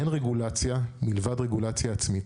אין רגולציה מלבד רגולציה עצמית.